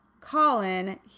Colin